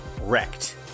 wrecked